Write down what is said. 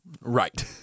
Right